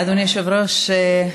אדוני היושב-ראש,